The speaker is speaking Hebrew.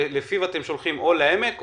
שלפיו אתם שולחים או לבית חולים העמק,